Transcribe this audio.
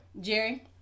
Jerry